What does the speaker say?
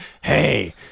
Hey